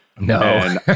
No